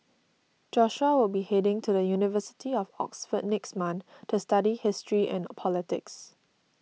Joshua will be heading to the University of Oxford next month to study history and politics